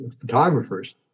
photographers